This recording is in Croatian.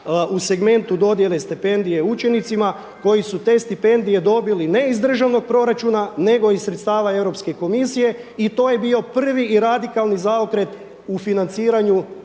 u segmentu dodjele stipendije učenicima koji su te stipendije dobili ne iz državnog proračuna, nego iz sredstava Europske komisije i to je bio prvi i radikalni zaokret u financiranju